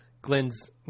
Glenn's